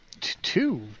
two